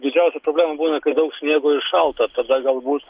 didžiausia problema būna kai daug sniego ir šalta tada galbūt